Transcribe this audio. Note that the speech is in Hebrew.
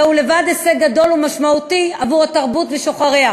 זהו לבד הישג גדול ומשמעותי עבור התרבות ושוחריה.